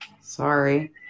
Sorry